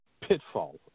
pitfall